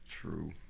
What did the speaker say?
True